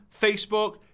Facebook